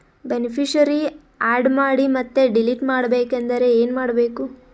Beneficiary, add ಮಾಡಿ ಮತ್ತೆ delete ಮಾಡಬೇಕೆಂದರೆ ಏನ್ ಮಾಡಬೇಕು?